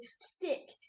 stick